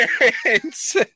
parents